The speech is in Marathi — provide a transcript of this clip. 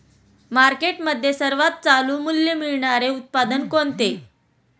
मार्केटमध्ये सर्वात चालू मूल्य मिळणारे उत्पादन कोणते?